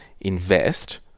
invest